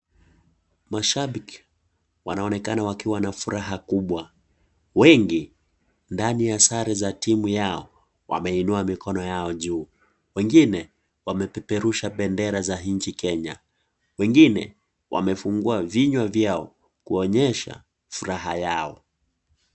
Mashabik, wanaonekana wakiwa na furaha kubwa. Wengi, ndani ya sare za timu yao, wameinua mikono yao njuu. Wengine, wamepeperusha bendera za inchi Kenya. Wengine, wamefungwa vinywa viao kuonyesha furaha yao.